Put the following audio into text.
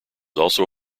also